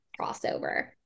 crossover